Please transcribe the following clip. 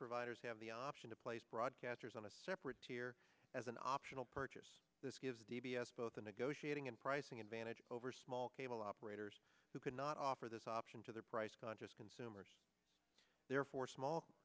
providers have the option to place broadcasters on a separate tier as an optional purchase this gives d b s both a negotiating and pricing advantage over small cable operators who cannot offer this option to their price conscious consumers therefore small